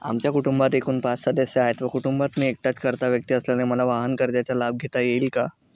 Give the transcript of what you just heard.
आमच्या कुटुंबात एकूण पाच सदस्य आहेत व कुटुंबात मी एकटाच कर्ता व्यक्ती असल्याने मला वाहनकर्जाचा लाभ घेता येईल का?